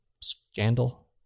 scandal